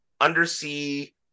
undersea